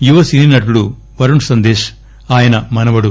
యువ సినినటుడు వరుణ్ సందేశ్ ఆయన మనవడు